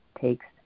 takes